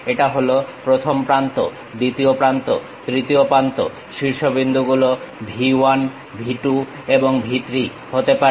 এটা হল 1ম প্রান্ত 2য় প্রান্ত 3য় প্রান্ত শীর্ষবিন্দুগুলো V 1 V 2 এবং V 3 হতে পারে